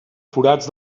forats